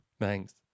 Thanks